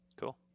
Cool